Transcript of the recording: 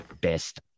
best